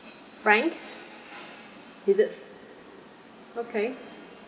frank is it okay